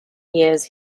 years